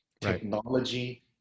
Technology